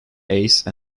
ace